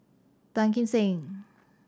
Tan Kim Seng